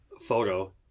photo